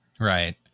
Right